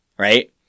Right